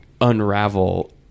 unravel